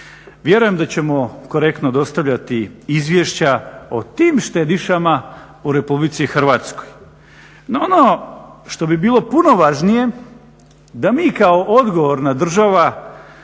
Vjerujem da ćemo korektno dostavljati izvješća o tim štedišama u RH. No ono što bi bilo puno važnije da mi kao odgovorna država